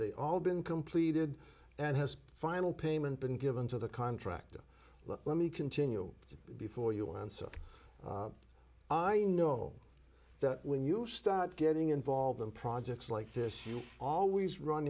they all been completed and has final payment been given to the contractor let me continue to be for you and so i know that when you start getting involved in projects like this you always run